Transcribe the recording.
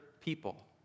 people